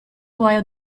while